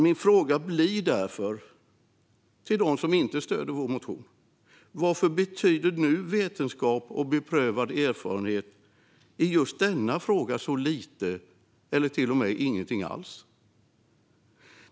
Min fråga blir därför till dem som inte stöder vår motion: Varför betyder vetenskap och beprövad erfarenhet i just denna fråga så lite eller till och med ingenting alls?